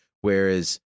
Whereas